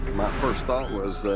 my first thought was,